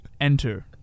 Enter